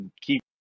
keep